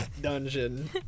dungeon